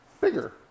bigger